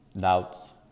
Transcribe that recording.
doubts